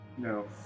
No